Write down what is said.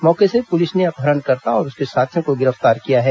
मौके से पुलिस ने अपहरणकर्ता और उसके साथियों को गिरफ्तार किया है